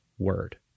word